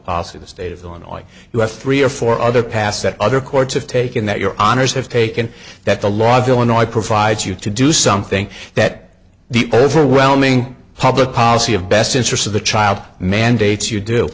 policy the state of illinois you have three or four other paths that other courts have taken that your honour's have taken that the law of illinois provides you to do something that the overwhelming public policy of best interest of the child mandates you do